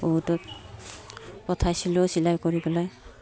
বহুতত পঠাইছিলোঁ চিলাই কৰি পেলাই